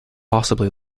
possibly